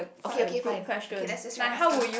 okay okay fine okay let's let's try asking